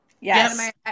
Yes